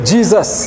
Jesus